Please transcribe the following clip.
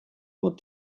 what